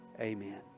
amen